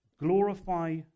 Glorify